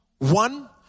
One